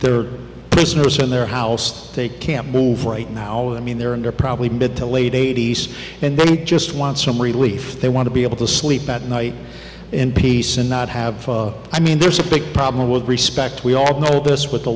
are prisoners in their house they can't move right now i mean there are probably mid to late eighty's and then we just want some relief they want to be able to sleep at night in peace and not have i mean there's a big problem with respect we all know this with the